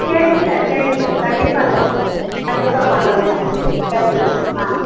சரிங்க சார் சரிங்க சார் கண்டிப்பாக சார் கண்டிப்பாக பண்ணுறோம் சார் சரி சார் ஆ